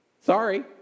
Sorry